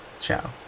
ciao